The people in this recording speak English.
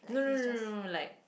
no no no no no like